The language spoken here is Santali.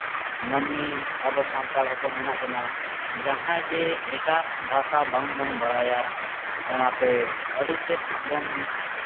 ᱢᱟᱹᱱᱢᱤ ᱟᱵᱚ ᱥᱟᱱᱛᱟᱲ ᱦᱚᱯᱚᱱ ᱢᱮᱱᱟᱜ ᱵᱚᱱᱟ ᱡᱟᱦᱟᱸᱭ ᱡᱮ ᱮᱴᱟᱜ ᱵᱷᱟᱥᱟ ᱵᱟᱝᱵᱚᱱ ᱵᱟᱲᱟᱭᱟ